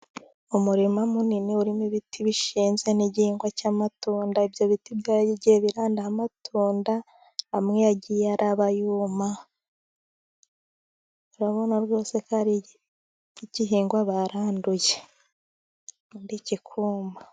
Umurima munini urimo ibiti bishinze n'igihingwa cy'amatunda, ibyo biti byagiye birandamo amatunda, yagiye araba yuma, urabona rwose ko ari igihingwa baranduye, ubundi kikuma.